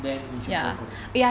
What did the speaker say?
then 你就不会够